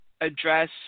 address